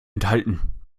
enthalten